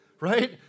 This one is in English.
right